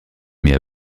mais